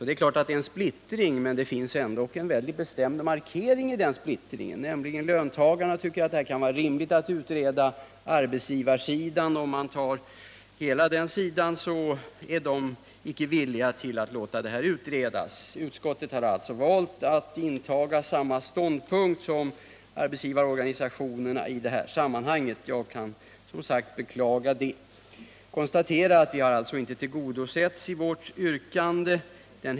Det är klart att det råder en splittring, men i denna finns en väldigt bestämd markering, nämligen den att löntagarna anser att det här kan vara rimligt att utreda frågan, medan man på arbetsgivarsidan icke vill ha en sådan utredning. Utskottet har alltså valt att inta samma ståndpunkt som arbetsgivarorganisationerna i det här sammanhanget vilket jag som sagt beklagar. Kraven i vårt yrkande har inte tillgodosetts.